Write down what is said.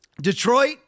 Detroit